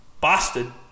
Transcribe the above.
Boston